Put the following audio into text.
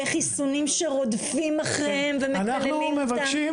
חיסונים שרודפים אחריהן ומקללים אותן.